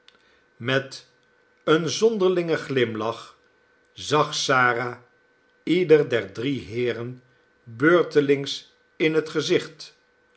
met een zonderlingen glimlach zag sara ieder der drie heeren beurtelings inhet gezicht